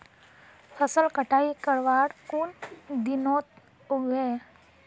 फसल कटाई करवार कुन दिनोत उगैहे?